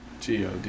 Geo